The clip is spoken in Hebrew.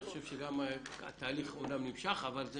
אני חושב שגם התהליך אמנם נמשך, אבל זה